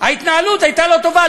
ההתנהלות הייתה לא טובה.